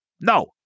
No